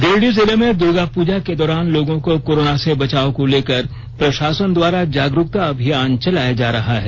गिरिडीह जिले में दुर्गापूजा के दौरान लोगो को कोरोना से बचाव को लेकर प्रशासन द्वारा जागरूकता अभियान चलाया जा रहा है